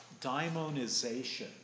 daimonization